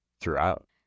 throughout